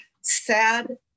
sad